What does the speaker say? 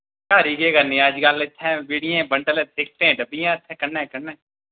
न्हारी केह् करनी अज्ज कल इत्थै बीड़ियें दे बंडल शिक्कने डब्बियां इत्थै कन्नै कन्नै